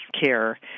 care